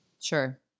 Sure